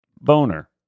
boner